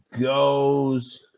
goes